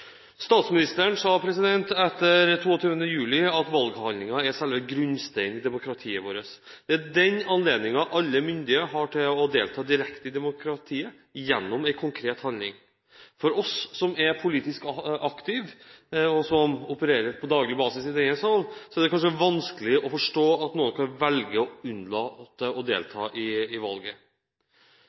Statsministeren sa etter 22. juli at valghandlingen er selve grunnsteinen i demokratiet vårt. Det er den anledningen alle myndige har til å delta direkte i demokratiet gjennom en konkret handling. For oss som er politisk aktive, og som på daglig basis opererer i denne salen, er det kanskje vanskelig å forstå at noen kan velge å unnlate å delta i valget. Jeg er enig med interpellanten i